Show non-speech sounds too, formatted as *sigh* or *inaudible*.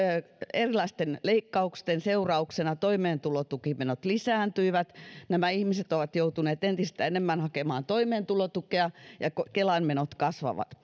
erilaisten leikkausten seurauksena toimeentulotukimenot lisääntyivät nämä ihmiset ovat joutuneet entistä enemmän hakemaan toimeentulotukea ja kelan menot kasvavat *unintelligible*